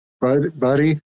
buddy